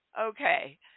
Okay